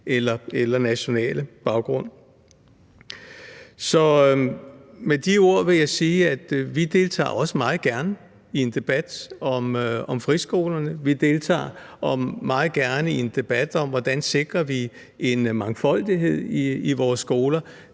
eller nationale baggrund. Med de ord vil jeg sige, at vi også meget gerne deltager i en debat om friskolerne. Vi deltager meget gerne i en debat om, hvordan vi sikrer en mangfoldighed i vores skoler.